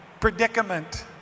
predicament